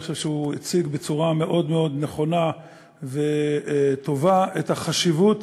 אני חושב שהוא הציג בצורה מאוד מאוד נכונה וטובה את החשיבות